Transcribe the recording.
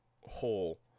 hole